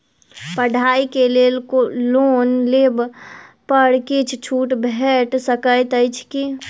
पढ़ाई केँ लेल लोन लेबऽ पर किछ छुट भैट सकैत अछि की?